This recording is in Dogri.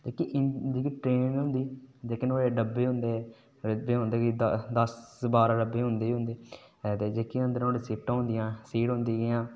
जेह्की ट्रेन होंदी जेह्के नुहाड़े डब्बे होंदे जि'यां दस बारां डब्बे होंदे गे होंदे जेह्की होदियां नुआढ़ी सीटां होंदियां सीट होंदी जि'यां